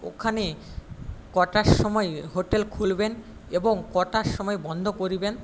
ওখানে কটার সময় হোটেল খুলবেন এবং কটার সময় বন্ধ করিবেন